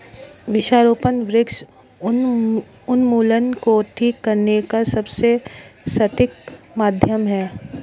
वृक्षारोपण वृक्ष उन्मूलन को ठीक करने का सबसे सटीक माध्यम है